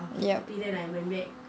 ya